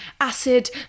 acid